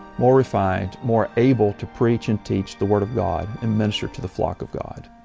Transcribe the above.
more refined, more able to preach and teach the word of god, and minister to the flock of god.